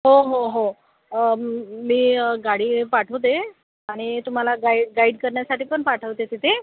हो हो हो मी गाडी पाठवते आणि तुम्हाला गाईड गाईड करण्यासाठी पण पाठवते तिथे